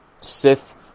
Sith